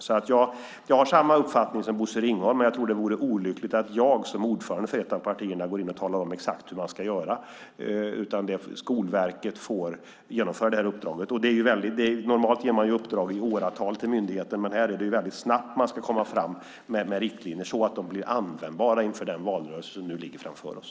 Jag har samma uppfattning som Bosse Ringholm, men jag tror att det vore olyckligt om jag som ordförande för ett av partierna gick in och talade om exakt hur man ska göra. Skolverket får genomföra uppdraget. Normalt får en myndighet åratal för ett uppdrag, men här ska man komma fram med riktlinjer väldigt snabbt, så att de blir användbara inför den valrörelse som nu ligger framför oss.